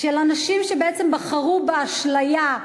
של אנשים שבעצם בחרו באשליה,